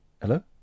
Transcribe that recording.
Hello